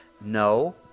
no